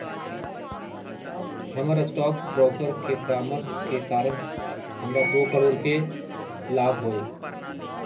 हमर stock broker के परामर्श के कारण हमरा दो करोड़ के लाभ होलय